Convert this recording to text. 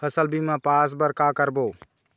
फसल बीमा पास बर का करबो?